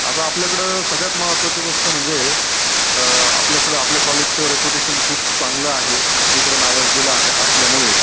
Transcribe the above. आता आपल्याकडं सगळ्यात महत्त्वाची गोष्ट म्हणजे आपल्याकडं आपल्या कॉलेजचं रेप्युटेशन खूप चांगलं आहे सगळीकडं नावाजलेलं आहे असल्यामुळे